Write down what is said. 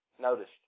noticed